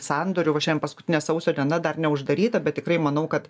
sandorių va šiandien paskutinė sausio diena dar neuždaryta bet tikrai manau kad